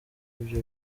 ivyo